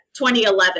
2011